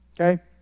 Okay